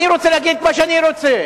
אני רוצה להגיד את מה שאני רוצה.